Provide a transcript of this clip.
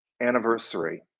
anniversary